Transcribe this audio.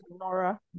Nora